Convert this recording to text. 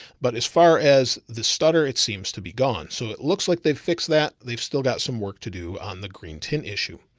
but as far as the stutter, it seems to be gone. so it looks like they've fixed that they've still got some work to do on the green tint issue.